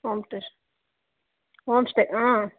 home stay home stay ಹಾಂ